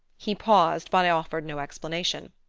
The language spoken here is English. he paused, but i offered no explanation.